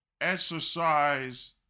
exercise